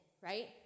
right